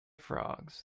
frogs